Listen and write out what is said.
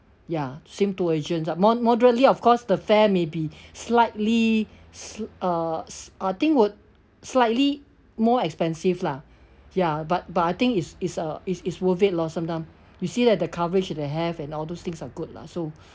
ya same tour agents ah mo~ moderately of course the fare may be slightly s~ uh s~ uh I think would slightly more expensive lah ya but but I think it's it's uh it's it's worth it lor sometime you see that the coverage they have and all those things are good lah so